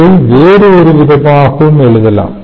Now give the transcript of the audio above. இதை வேறு ஒரு விதமாகவும் எழுதலாம்